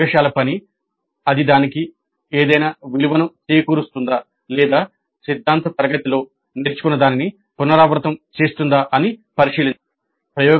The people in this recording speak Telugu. ప్రయోగశాల పని అది దానికి ఏదైనా విలువను చేకూరుస్తుందా లేదా సిద్ధాంత తరగతిలో నేర్చుకున్నదానిని పునరావృతం చేస్తుందా అని పరిశీలించాలి